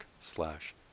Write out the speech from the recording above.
slash